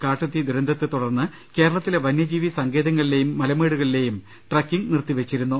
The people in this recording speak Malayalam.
കാട്ടുതീ ദുരന്തത്തെ തുടർന്ന് കേരളത്തിലെ വന്യജീവി സങ്കേതങ്ങളിലേയും മലമേടുകളിലേയും ട്രക്കിംഗ് നിർത്തിവച്ചിരുന്നു